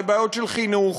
לבעיות של חינוך,